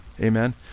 Amen